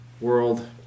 world